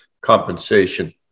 compensation